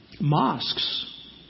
Mosques